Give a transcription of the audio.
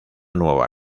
nueva